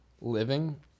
living